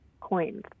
coins